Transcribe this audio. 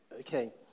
Okay